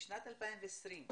בשנת 2020,